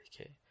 okay